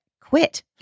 Quit